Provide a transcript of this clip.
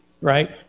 right